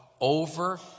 over